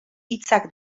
hitzak